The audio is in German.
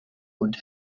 und